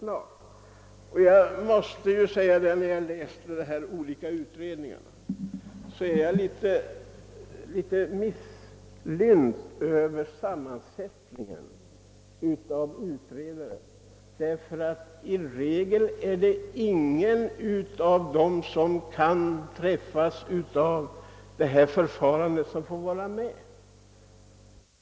När jag studerat de olika utredningarna har jag blivit rätt missnöjd över deras sammansättning, ty i regel får inga av dem som på detta sätt träffas av vräkningsförfarande vara med.